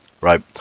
right